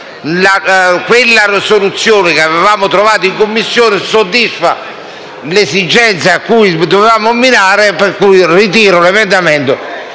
che la soluzione che avevamo trovato in Commissione soddisfa l'esigenza a cui dovevamo mirare, e ritiro l'emendamento.